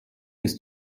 ist